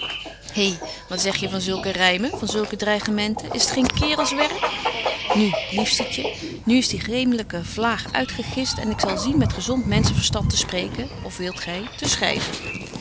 wat zeg je van zulk rymen van zulke dreigementen is t geen kerels werk nu liefstetje nu is die geemlyke vlaag uitgegist en ik zal zien met gezont menschen verstand te spreken of wilt gy te schryven